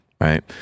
Right